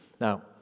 Now